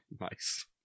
Nice